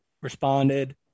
responded